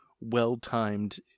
well-timed